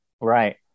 Right